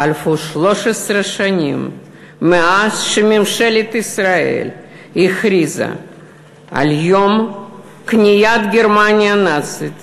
חלפו 13 שנים מאז שממשלת ישראל הכריזה על יום כניעת גרמניה הנאצית